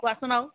কোৱাচোন আৰু